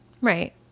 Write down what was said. Right